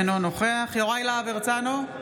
אינו נוכח יוראי להב הרצנו,